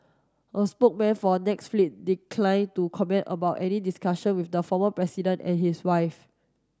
a spokesman for Netflix decline to comment about any discussion with the former president and his wife